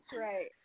Right